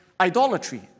idolatry